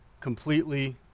completely